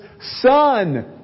Son